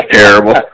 terrible